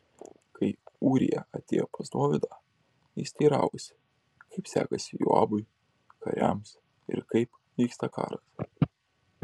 kai ūrija atėjo pas dovydą jis teiravosi kaip sekasi joabui kariams ir kaip vyksta karas